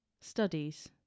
studies